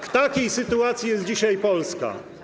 W takiej sytuacji jest dzisiaj Polska.